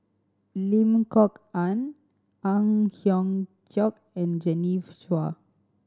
Lim Kok Ann Ang Hiong Chiok and Chua